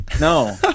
No